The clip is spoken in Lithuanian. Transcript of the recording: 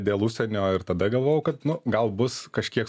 dėl užsienio ir tada galvojau kad nu gal bus kažkiek